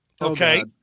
Okay